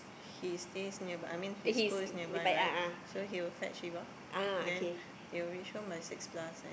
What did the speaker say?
he stay nearby I mean his school is nearby right so he'll fetch Shiva then they'll reach home by six plus and